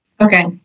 Okay